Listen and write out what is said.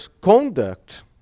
conduct